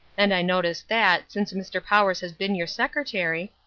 and i notice that, since mr. powers has been your secretary,